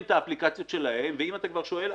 את האפליקציות שלהן ואם אתה כבר שואל,